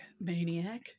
Maniac